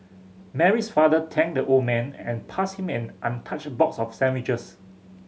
Mary's father thanked the old man and passed him an untouched box of sandwiches